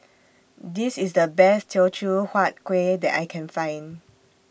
This IS The Best Teochew Huat Kuih that I Can Find